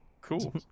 Cool